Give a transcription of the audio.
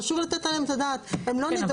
חשוב לתת עליהן את הדעת, הן לא נידונות.